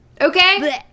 Okay